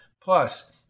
Plus